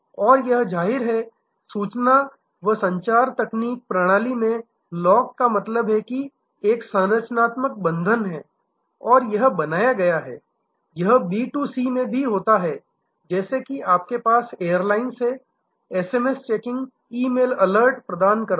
और लेकिन जाहिर है सूचना व संचार तकनीक आईसीटी प्रणाली में लॉक का मतलब है कि एक संरचनात्मक बंधन है और यह बनाया गया है यह बी 2 सी में भी होता है जैसे कि आपके पास एयरलाइंस हैं जो SMS checking email alert प्रदान करते हैं